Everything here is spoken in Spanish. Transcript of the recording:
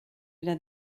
era